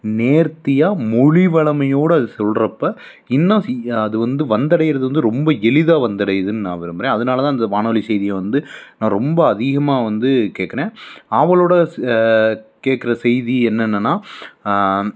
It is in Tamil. நேர்த்தியா மொழி வளமையோட அது சொல்கிறப்ப இன்னும் அது வந்தடையுறது வந்து ரொம்ப எளிதாக வந்தடையுதுன்னு நா விரும்புறேன் அதுனால தான் இந்த வானொலி செய்தியை வந்து நான் ரொம்ப அதிகமாக வந்து கேட்குறேன் ஆவலோட கேட்குற செய்தி என்னென்னனா